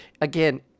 again